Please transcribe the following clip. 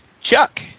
Chuck